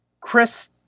Chris